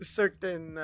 certain